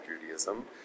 Judaism